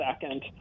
second